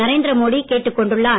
நரேந்திர மோடி கேட்டுக் கொண்டுள்ளார்